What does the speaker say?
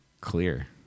clear